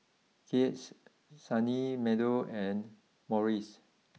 Kiehl's Sunny Meadow and Morries